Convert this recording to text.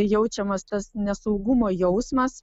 jaučiamas tas nesaugumo jausmas